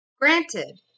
granted